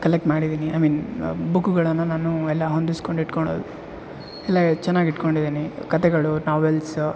collect ಮಾಡಿದ್ದೀನಿ I mean ಬುಕ್ಗಳನ್ನು ನಾನು ಎಲ್ಲ ಹೊಂದಿಸ್ಕೊಂಡು ಇಟ್ಕೋಳೋದ್ ಎಲ್ಲ ಚೆನ್ನಾಗ್ ಇಟ್ಕೊಂಡಿದೀನಿ ಕತೆಗಳು ನಾವೆಲ್ಸ್